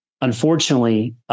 Unfortunately